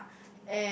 ya